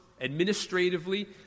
administratively